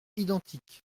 identiques